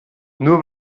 nur